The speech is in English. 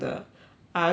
ugly look [what]